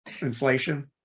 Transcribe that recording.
Inflation